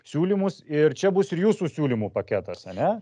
siūlymus ir čia bus ir jūsų siūlymų paketas ane